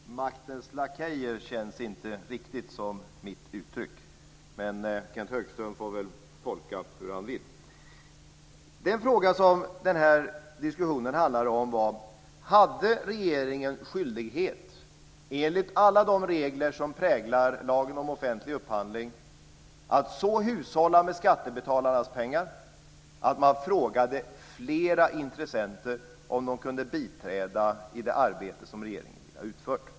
Fru talman! "Maktens lakejer" känns inte riktigt som mitt uttryck. Kenth Högström får väl tolka hur han vill. Den här diskussionen handlade om ifall regeringen, enligt alla de regler som präglar lagen om offentlig upphandling, hade skyldighet att hushålla med skattebetalarnas pengar genom att man frågade flera intressenter om de kunde biträda i det arbete som regeringen ville ha utfört.